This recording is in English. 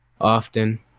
often